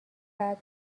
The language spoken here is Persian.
بعد